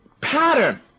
pattern